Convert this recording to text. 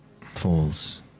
falls